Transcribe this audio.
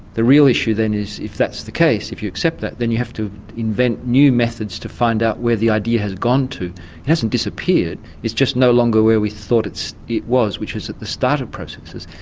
the real issue then is if that's the case, if you accept that then you have to invent new methods to find out where the idea has gone too. it hasn't disappeared, it's just no longer where we thought it was which was at the start of processes.